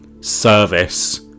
service